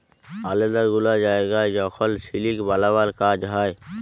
আলেদা গুলা জায়গায় যখল সিলিক বালাবার কাজ হ্যয়